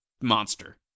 monster